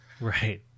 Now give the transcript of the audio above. Right